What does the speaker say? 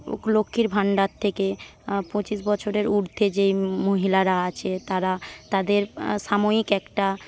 লক্ষ্মীর ভান্ডার থেকে পঁচিশ বছরের উর্ধ্বে যে মহিলারা আছে তারা তাদের সাময়িক একটা